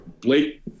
Blake